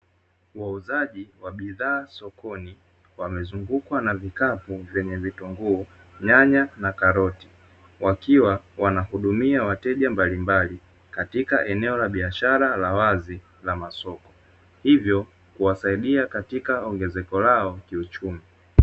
Wauzaji wa bidhaa sokoni, wamezungukwa na vikapu vyenye vitunguu, nyanya na karoti; wakiwa wanahudumia wateja mbalimbali katika eneo la biashara la wazi la masoko, hivyo kuwasaidia katika ongezeko lao kiuchumi.